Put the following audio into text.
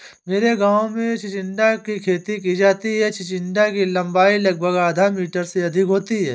मेरे गांव में चिचिण्डा की खेती की जाती है चिचिण्डा की लंबाई लगभग आधा मीटर से अधिक होती है